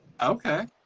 Okay